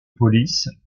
police